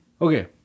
Okay